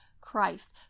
Christ